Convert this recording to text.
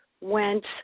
went